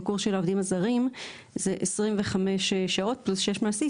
הקורס של העובדים הזרים זה 25 שעות פלוס 6 מעשי.